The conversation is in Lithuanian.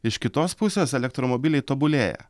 iš kitos pusės elektromobiliai tobulėja